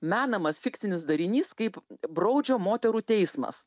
menamas fikcinis darinys kaip broudžio moterų teismas